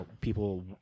people